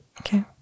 Okay